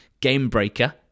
game-breaker